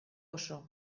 oso